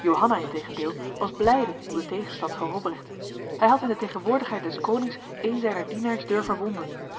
johanna integendeel was blijde om de tegenstand van robrecht hij had in de tegenwoordigheid des konings een zijner dienaars durven wonden